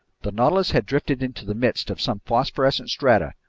the nautilus had drifted into the midst of some phosphorescent strata,